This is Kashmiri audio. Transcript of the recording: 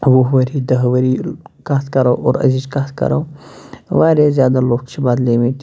وُہ ؤری داہ ؤری کَتھ کَرَو اور أزِچِ کَتھ کَرو واریاہ زیادٕ لُکھ چھِ بدلیمٕتۍ